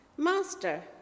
Master